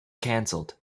cancelled